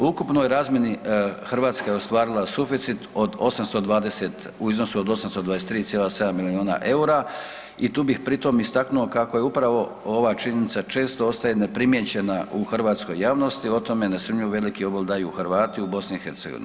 U ukupnoj razmjeni Hrvatska je ostvarila suficit od 820, u iznosu od 823,7 milijuna EUR-a i tu bih pri tom istaknuo kako je upravo ova činjenica često ostaje neprimijećena u hrvatskoj javnosti, o tome nesumnjivo veliki obol daju Hrvati u BiH.